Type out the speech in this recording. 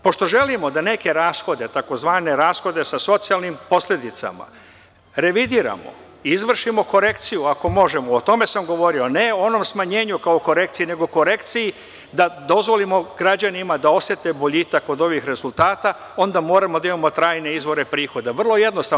Pošto želimo da neke rashode, tzv. rashode sa socijalnim posledicama, revidiramo i izvršimo korekciju, ako možemo, o tome sam govorio, a ne o onom smanjenju kao korekciji, nego korekciji da dozvolimo građanima da osete boljitak od ovih rezultata, onda moramo da imamo trajne izvore prihoda, vrlo jednostavno.